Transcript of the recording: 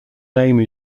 name